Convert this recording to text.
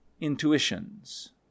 intuitions